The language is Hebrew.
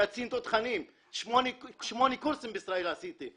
קצין תותחנים, שמונה קורסים עשיתי בישראל.